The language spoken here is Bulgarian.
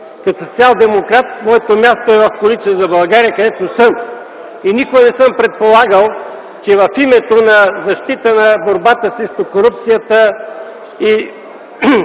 Като социалдемократ моето място е в Коалиция за България, където съм. Никога не съм предполагал, че в името на защита на борбата срещу корупцията и,